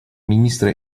министра